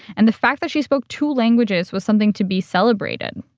and the fact that she spoke two languages was something to be celebrated.